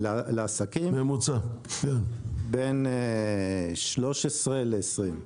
לעסקים, בין 13 ל-20.